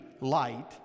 light